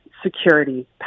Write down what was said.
security